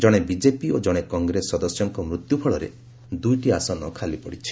ଜଣେ ବିଜେପି ଓ ଜଣେ କଂଗ୍ରେସ ସଦସ୍ୟଙ୍କ ମୃତ୍ୟୁ ଫଳରେ ଦୁଇଟି ଆସନ ଖାଲିପଡିଛି